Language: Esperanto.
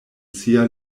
sia